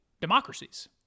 democracies